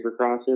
Supercrosses